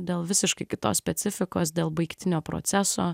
dėl visiškai kitos specifikos dėl baigtinio proceso